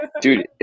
dude